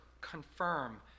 confirm